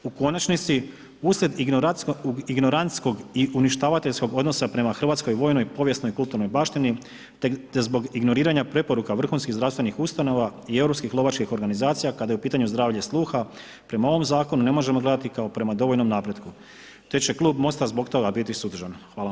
U konačnici uslijed ignoracijskog i uništavateljskog odnosa prema hrvatskoj vojnoj i povijesnoj kulturnoj baštini te zbog ignoriranja preporuka vrhunskih zdravstvenih ustanova i europskih lovačkih organizacija kada je u pitanju zdravlje sluha prema ovom zakonu ne možemo gledati kao prema dovoljnom napretku te će Klub Mosta zbog toga biti suzdržan.